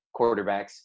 quarterbacks